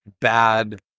bad